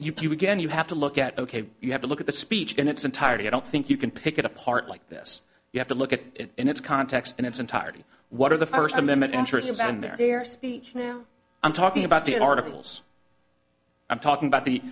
it again you have to look at ok you have to look at the speech in its entirety i don't think you can pick it apart like this you have to look at it in its context in its entirety what are the first amendment interests and their speech now i'm talking about the articles i'm talking about the